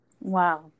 Wow